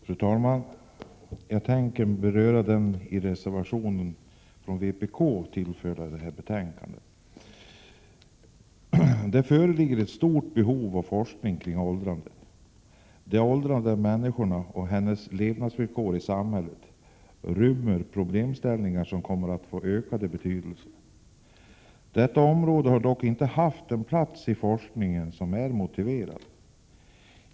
Fru talman! Jag tänker beröra en reservation som vpk fogat till det här betänkandet. Det föreligger ett stort behov av forskning kring åldrandet. Den åldrande människan och hennes levnadsvillkor i samhället rymmer problemställningar som kommer att få ökad betydelse. Detta område har dock inte haft den plats i forskningen som är motiverad.